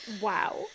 wow